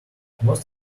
most